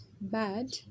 bad